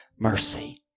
mercy